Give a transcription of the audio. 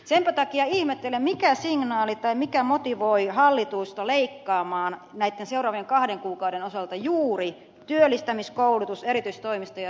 senpä takia ihmettelen mikä motivoi hallitusta leikkaamaan näitten seuraavien kahden kuukauden osalta juuri työllistämis koulutus ja erityistoimista sekä työttömyysmäärärahoista